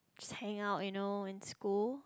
just hang out you know in school